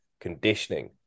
conditioning